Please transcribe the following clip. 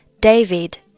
David